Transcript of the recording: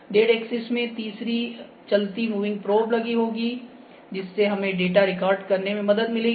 Z axis में तीसरी चलती मूविंग प्रोब लगी होगी जिससे हमें डेटा रिकॉर्ड करने में मदद मिलेगी